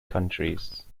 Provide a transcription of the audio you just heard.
countries